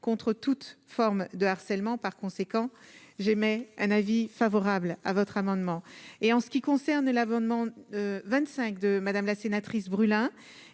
contre toute forme de harcèlement par conséquent j'émets un avis favorable à votre amendement et en ce qui concerne l'abonnement 25 de madame la sénatrice brûla